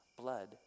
Blood